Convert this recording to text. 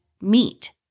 meat